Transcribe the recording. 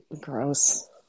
Gross